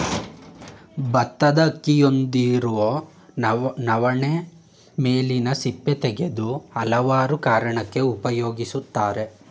ಬತ್ತದ ಅಕ್ಕಿಯಂತಿರೊ ನವಣೆ ಮೇಲಿನ ಸಿಪ್ಪೆ ತೆಗೆದು ಹಲವಾರು ಕಾರಣಕ್ಕೆ ಉಪಯೋಗಿಸ್ತರೆ